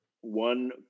one